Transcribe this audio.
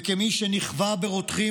וכמי שנכווה ברותחים,